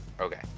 Okay